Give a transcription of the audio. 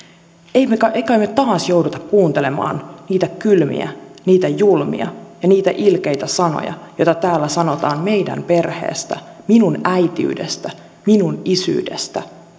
emme kai me taas joudu kuuntelemaan niitä kylmiä niitä julmia ja niitä ilkeitä sanoja joita täällä sanotaan meidän perheestä minun äitiydestäni minun isyydestäni